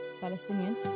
Palestinian